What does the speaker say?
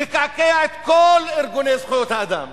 לקעקע את כל ארגוני זכויות האדם